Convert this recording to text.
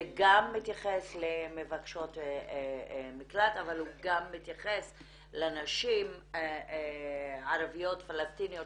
זה גם מתייחס למבקשות מקלט אבל הוא גם מתייחס לנשים ערביות פלשתיניות